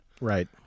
Right